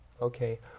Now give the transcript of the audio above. Okay